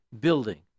building